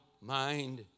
mind